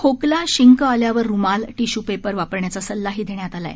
खोकला शिंक आल्यावर रुमाल टिशू पेपर वापरण्याचा सल्लाही देण्यात आला आहे